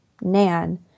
Nan